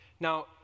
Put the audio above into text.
Now